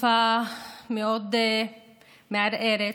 תקופה מאוד מערערת,